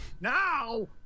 now